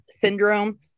syndrome